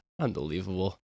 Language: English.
Unbelievable